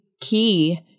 key